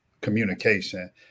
communication